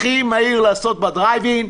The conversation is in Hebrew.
הכי מהיר להיבדק בדרייב-אין.